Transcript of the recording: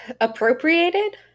Appropriated